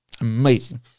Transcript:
Amazing